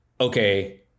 okay